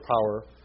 power